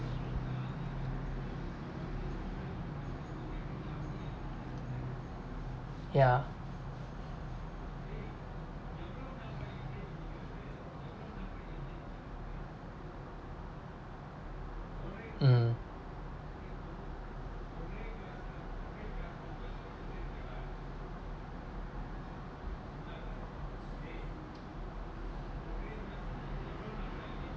yeah mm